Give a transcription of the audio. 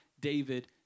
David